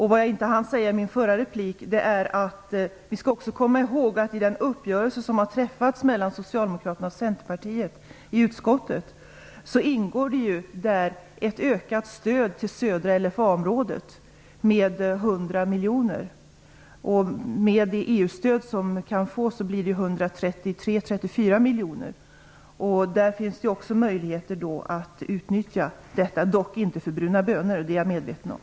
I min förra replik hann jag inte säga att vi också måste komma ihåg att i den uppgörelse som har träffats mellan socialdemokraterna och centerpartisterna i utskottet ingår ett ökat stöd till södra LFA-området med 100 miljoner. Med det EU-stöd som kan utgå blir det 133 eller 134 miljoner. Det finns då möjligheter att utnyttja detta - dock inte för bruna bönor. Det är jag medveten om.